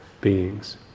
beings